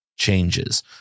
changes